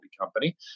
Company